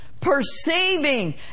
Perceiving